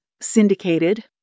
syndicated